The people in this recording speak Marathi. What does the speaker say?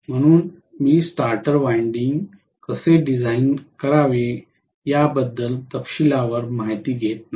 म्हणून मी स्टार्टर वायंडिंग कसे डिझाइन करावे याबद्दल तपशीलवार माहिती घेत नाही